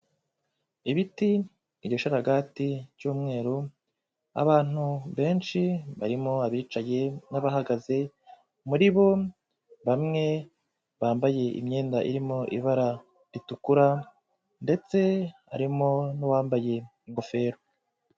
Ibiti, igisharagati cy'umweru, abantu benshi barimo abicaye n'abahagaze, muri bo bamwe bambaye imyenda irimo ibara ritukura ndetse harimo n'uwambaye ingofero.